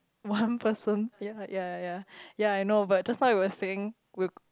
one person ya ya ya ya I know but just now you were saying we'll